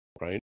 right